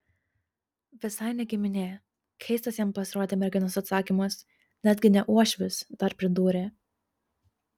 visai ne giminė keistas jam pasirodė merginos atsakymas netgi ne uošvis dar pridūrė